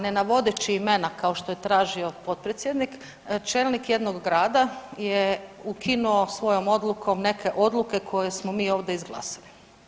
Ne navodeći imena kao što je tražio potpredsjednik, čelnik jednog grada je ukinuo svojom odlukom neke odluke koje smo mi ovdje izglasali.